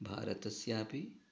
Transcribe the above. भारतस्यापि